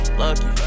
lucky